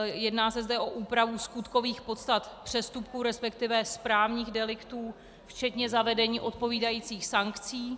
Jedná se zde o úpravu skutkových podstat přestupků, resp. správních deliktů, včetně zavedení odpovídajících sankcí.